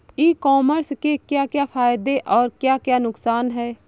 ई commerce के क्या क्या फायदे और क्या क्या नुकसान है?